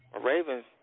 Ravens